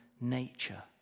nature